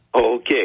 Okay